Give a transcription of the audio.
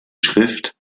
schrift